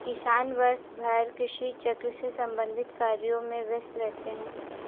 किसान वर्षभर कृषि चक्र से संबंधित कार्यों में व्यस्त रहते हैं